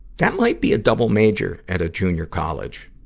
that might be a double major at a junior college